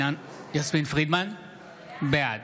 בעד